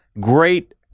Great